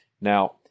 Now